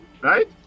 right